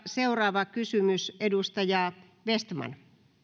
seuraava kysymys edustaja vestman